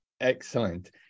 Excellent